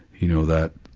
you know that,